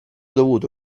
dovuto